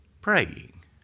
praying